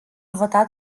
votat